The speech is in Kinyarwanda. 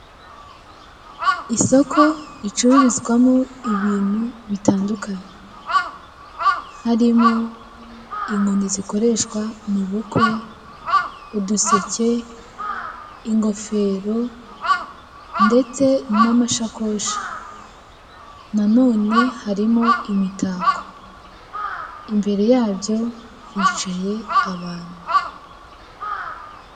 Isoko ricururizwamo ibintu bitandukanye harimo inkoni zikoreshwa mu bukwe, uduseke, ingofero, ndetse n'amashakoshi. Nanone harimo imitako, imbere yabyo hicaye abantu.